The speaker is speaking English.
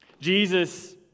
Jesus